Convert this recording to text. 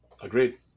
Agreed